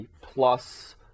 plus